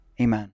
Amen